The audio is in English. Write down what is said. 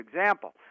example